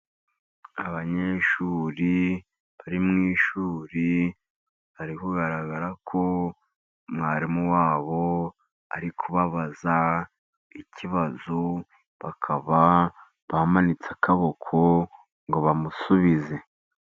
Abanyeshuri bari mu ishuri bari kugaragara ko mwarimu wabo ari kubabaza ikibazo, bakaba bamanitse akaboko ngo bamusubize.